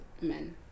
men